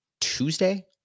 Tuesday